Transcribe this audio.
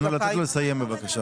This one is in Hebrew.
נא לתת לו לסיים בבקשה.